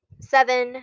Seven